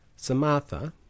Samatha